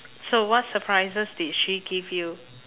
so what surprises did she give you